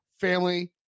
family